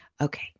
Okay